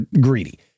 greedy